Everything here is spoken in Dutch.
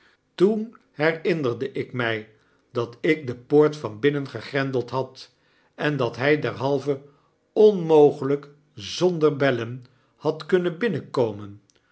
toen herinnerde ik my dat ik de poort van binnen gegrendeld had en dat hy derhalve onmogelyk zonder bellen had kunnen binnenkomen